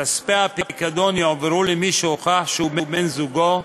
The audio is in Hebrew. כספי הפיקדון יועברו למי שהוכח שהוא בן-זוגו,